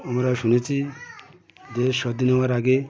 আমরা শুনেছি যে স্বাধীন হওয়ার আগে